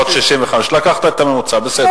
365. לקחת את הממוצע, בסדר.